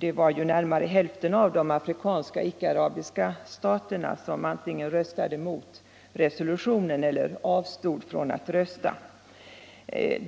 Det var ju hälften av de afrikanska icke-arabiska staterna som antingen röstade mot resolutionen eller avstod från att rösta.